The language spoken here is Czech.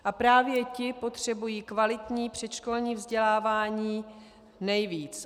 A právě ti potřebují kvalitní předškolní vzdělávání nejvíc.